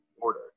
Order